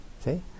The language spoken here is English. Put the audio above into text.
See